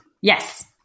yes